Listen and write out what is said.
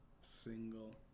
Single